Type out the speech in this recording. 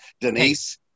Denise